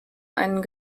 einen